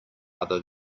other